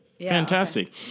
Fantastic